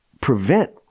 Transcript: prevent